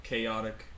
Chaotic